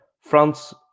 France